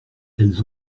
elles